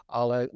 ale